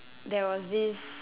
there was this